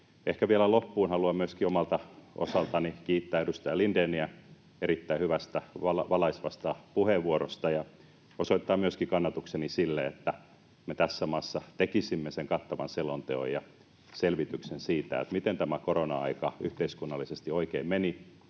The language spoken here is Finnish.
Ehkä vielä loppuun haluan myöskin omalta osaltani kiittää edustaja Lindéniä erittäin hyvästä, valaisevasta puheenvuorosta, ja osoittaa myöskin kannatukseni sille, että me tässä maassa tekisimme sen kattavan selonteon ja selvityksen siitä, miten tämä korona-aika yhteiskunnallisesti oikein meni,